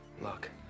Look